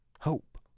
hope